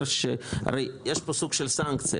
הרי יש פה סוג של סנקציה,